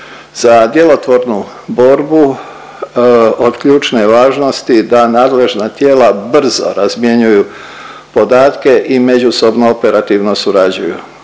Za djelotvornu borbu od ključne važnost je da nadležna tijela brzo razmjenjuju podatke i međusobno operativno surađuju